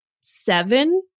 seven